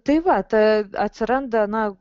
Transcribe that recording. tai vatp atsiranda na